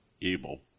evil